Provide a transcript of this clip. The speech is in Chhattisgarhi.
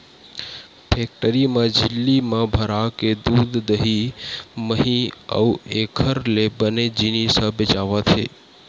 फेकटरी म झिल्ली म भराके दूद, दही, मही अउ एखर ले बने जिनिस ह बेचावत हे